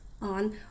on